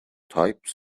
type